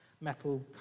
metal